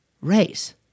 race